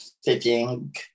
sitting